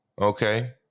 Okay